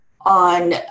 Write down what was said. on